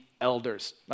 elders